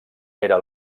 era